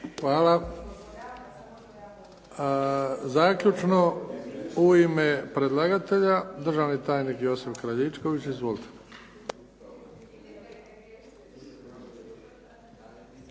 Hvala. Zaključno u ime predlagatelja državni tajnik Josip Kraljičković. Izvolite.